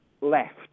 left